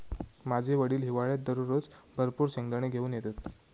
माझे वडील हिवाळ्यात दररोज भरपूर शेंगदाने घेऊन येतत